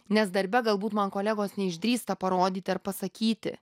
nes darbe galbūt man kolegos neišdrįsta parodyti ar pasakyti